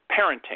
parenting